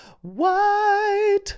white